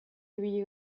ibili